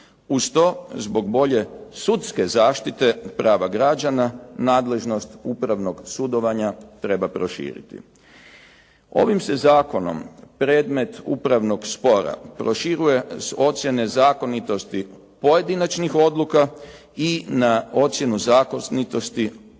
Uz to zbog bolje sudske zaštite prava građana, nadležnost upravnog sudovanja treba proširiti. Ovim se zakonom predmet upravnog spora proširuje s ocjene zakonitosti pojedinačnih odluka i na ocjenu zakonitosti